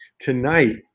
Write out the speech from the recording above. tonight